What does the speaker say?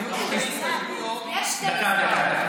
יש שתי הסתייגויות.